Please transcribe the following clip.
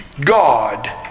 God